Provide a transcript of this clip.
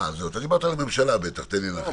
אה, דיברת בטח על הממשלה, תן לי לנחש.